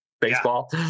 baseball